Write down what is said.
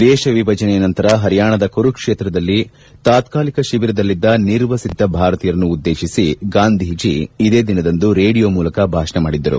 ದೇಶ ವಿಭಜನೆಯ ನಂತರ ಪರಿಯಾಣದ ಕುರುಕ್ಷೇತ್ರದಲ್ಲಿ ತಾತ್ಕಾಲಿಕ ಶಿಬಿರದಲ್ಲಿದ್ದ ನಿರ್ವಸಿತ ಭಾರತೀಯರನ್ನು ಉದ್ದೇತಿಸಿ ಗಾಂಧೀಜಿ ಇದೇ ದಿನದಂದು ರೇಡಿಯೋ ಮೂಲಕ ಭಾಷಣ ಮಾಡಿದ್ದರು